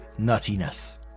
nuttiness